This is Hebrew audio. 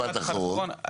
אחרון.